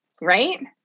Right